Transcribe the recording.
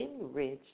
enriched